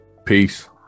Peace